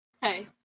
Hey